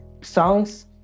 songs